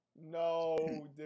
No